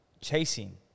chasing